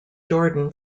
jordan